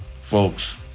folks